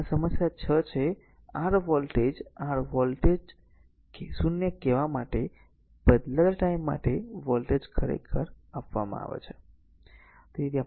અને સમસ્યા 6 આ છે r વોલ્ટેજ r વોલ્ટેજ 0 કહેવા માટે બદલાતા ટાઈમ માટે વોલ્ટેજ ખરેખર આપવામાં આવે છે